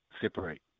separate